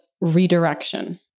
redirection